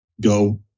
go